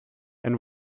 and